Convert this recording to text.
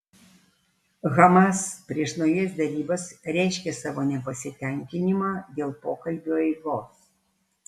hamas prieš naujas derybas reiškė savo nepasitenkinimą dėl pokalbių eigos